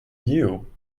you